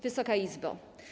Wysoka Izbo!